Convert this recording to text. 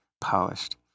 polished